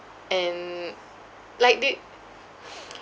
and like they